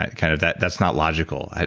kind of that, that's not logical.